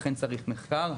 לכן צריך מחקר.